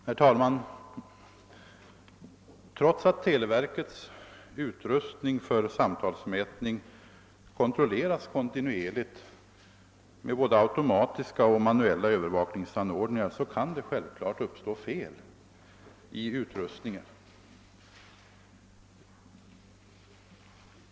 Herr talman! Trots att televerkets utrustning för samtalsmätning kontinuerligt kontrolleras både med automatiska och manuella övervakningsanordningar kan fel i utrustningen självklart uppstå.